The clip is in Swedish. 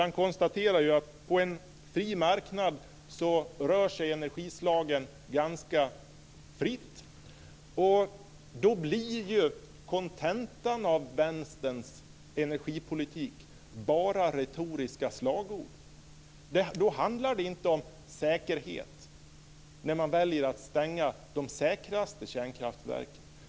Han konstaterar att på en fri marknad rör sig energislagen fritt. Då blir ju kontentan av Vänsterns energipolitik bara retoriska slagord. Det handlar inte om säkerhet när man väljer att stänga de säkraste kärnkraftverken.